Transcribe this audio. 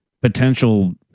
potential